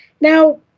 Now